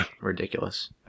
ridiculous